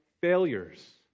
failures